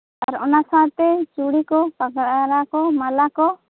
ᱟᱨ ᱚᱱᱟ ᱥᱟᱶᱛᱮ ᱪᱩᱲᱤ ᱠᱚ ᱯᱟᱜᱽᱨᱟ ᱠᱚ ᱢᱟᱞᱟ ᱠᱚ